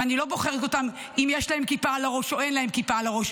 ואני לא בוחרת אותם אם יש להם כיפה על הראש או אין להם כיפה על הראש,